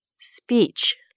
Speech